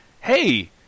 hey